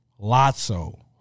Lotso